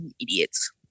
idiots